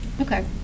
okay